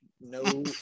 no